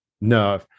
no